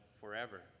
forever